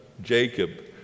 Jacob